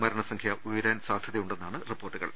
മരണ സംഖ്യ ഉയ രാൻ സാധൃതയുണ്ടെന്നാണ് റിപ്പോർട്ടുകൾ